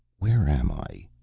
where am i?